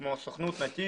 כמו הסוכנות, נתיב,